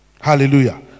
hallelujah